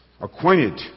acquainted